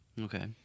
Okay